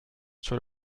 sur